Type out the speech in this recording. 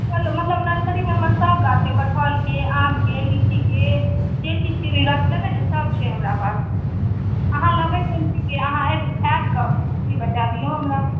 फल मतलब नर्सरी मे हमर सब गाछ छै कठहरके आमके लीचीके जे चीज़के भी गाछ लेबै ने सब चीज़ छै हमरा पास अहाँ लेबै कोन चीज़ के अहाँ आयब कब इ बता दियौ हमरा